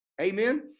Amen